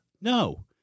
No